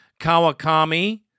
Kawakami